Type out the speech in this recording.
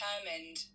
determined